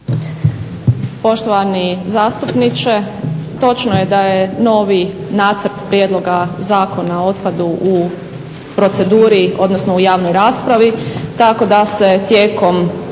Poštovani zastupniče, točno je da je novi Nacrt prijedloga zakona o otpadu u proceduri, odnosno u javnoj raspravi tako da se tijekom